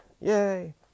Yay